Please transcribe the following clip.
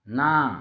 ନା